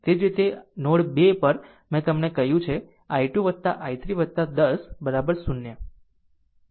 એ જ રીતે નોડ 2 પર મેં તમને કહ્યું છે i2 i3 10 0 આ બધી વસ્તુઓ મૂકો